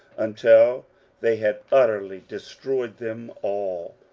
until they had utterly destroyed them all.